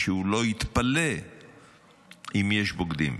ושהוא לא יתפלא אם יש בוגדים.